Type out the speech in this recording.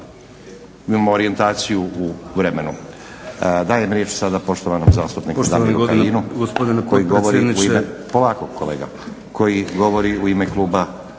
imamo orijentaciju u vremenu. Dajem riječ sada poštovanom zastupniku Damiru Kajinu koji govori u ime,